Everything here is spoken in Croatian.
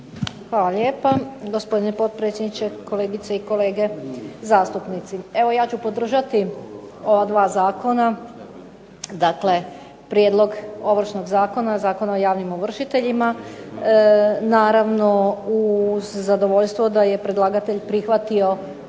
Hvala lijepa. Gospodine potpredsjedniče, kolegice i kolege zastupnici. Evo ja ću podržati ova dva zakona, dakle prijedlog Ovršnog zakona, Zakona o javnim ovršiteljima, naravno uz zadovoljstvo da je predlagatelj prihvatio